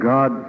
God